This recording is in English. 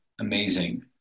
Amazing